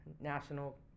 National